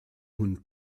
hund